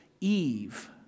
Eve